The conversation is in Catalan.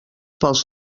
pels